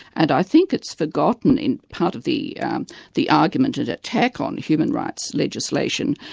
and i think it's forgotten in part of the um the argument and at attack on human rights legislation,